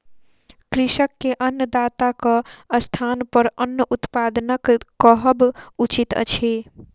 कृषक के अन्नदाताक स्थानपर अन्न उत्पादक कहब उचित अछि